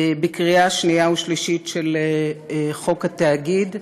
בקריאה שנייה ושלישית של חוק התאגיד.